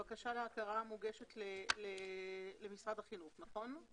הבקשה להכרה מוגשת למשרד החינוך, נכון?